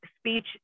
speech